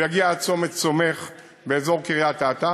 הוא יגיע עד צומת סומך באזור קריית-אתא.